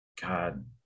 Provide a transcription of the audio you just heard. God